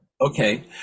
Okay